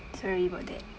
sorry about that